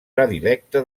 predilecte